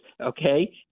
okay